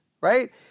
right